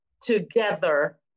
together